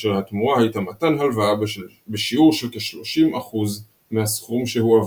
כאשר התמורה הייתה מתן הלוואה בשיעור של כ-30% מהסכום שהועבר.